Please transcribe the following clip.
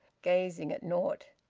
gazing at naught.